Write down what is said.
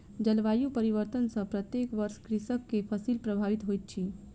जलवायु परिवर्तन सॅ प्रत्येक वर्ष कृषक के फसिल प्रभावित होइत अछि